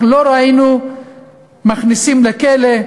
אנחנו לא ראינו שמכניסים לכלא,